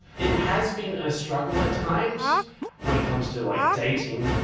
it has been a struggle at times when it comes to like dating,